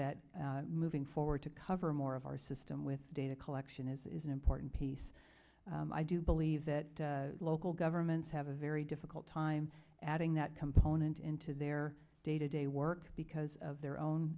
that moving forward to cover more of our system with data collection is an important piece i do believe that local governments have a very difficult time adding that component into their day to day work because of their own